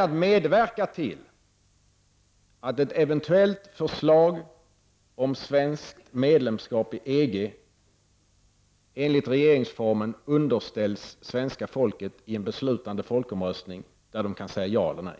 att medverka till att ett eventuellt förslag om svenskt medlemskap i EG enligt regeringsformen underställs svenska folket i en beslutande folkomröstning där det kan säga ja eller nej?